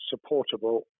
supportable